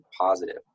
positive